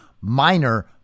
minor